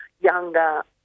younger